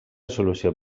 solució